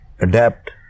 adapt